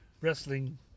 wrestling